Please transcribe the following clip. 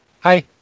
Hi